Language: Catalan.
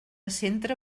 centre